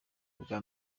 ubwa